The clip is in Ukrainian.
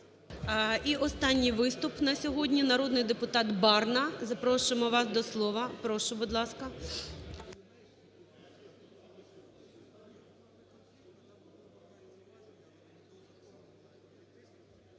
І останній виступ на сьогодні. Народний депутат Барна, запрошуємо вас до слова,